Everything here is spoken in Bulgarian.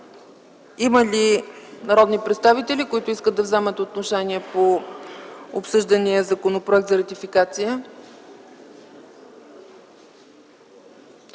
Има ли народни представители, които искат да вземат отношение по обсъждания законопроект за ратификация?